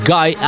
Guy